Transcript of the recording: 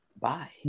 Bye